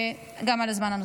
גם על הזמן הנוסף.